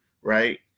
right